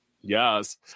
Yes